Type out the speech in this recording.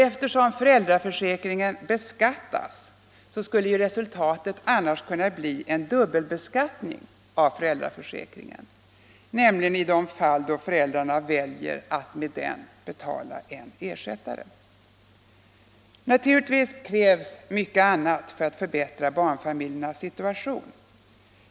Eftersom föräldraförsäkringen beskattas skulle ju resultatet annars kunna bli en dubbelbeskattning av föräldraförsäkringen, nämligen i de fall föräldrarna väljer att med den betala en ersättare. Naturligtvis krävs mycket annat för att förbättra barnfamiljernas situation.